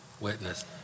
witness